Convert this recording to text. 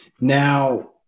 Now